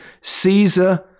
Caesar